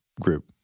group